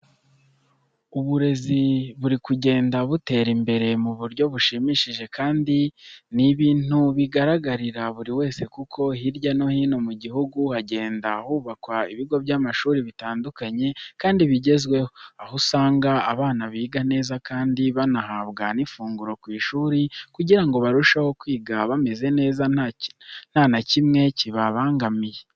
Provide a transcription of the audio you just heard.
Uburezi buri kugenda butera imbere mu buryo bushimishije kandi ni ibintu bigaragarira buri wese kuko hirya no hino mu gihugu hagenda hubakwa ibigo by'amashuri bitandukanye kandi bigezweho, aho usanga abana biga neza kandi banahabwa n'ifunguro ku ishuri kugira ngo barusheho kwiga bameze neza nta na kimwe kibabangamiye.